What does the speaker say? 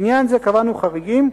לעניין זה קבענו חריגים.